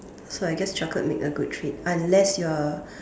so I guess chocolate make a good treat unless you're